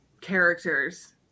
characters